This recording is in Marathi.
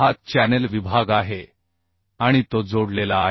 हा चॅनेल विभाग आहे आणि तो जोडलेला आहे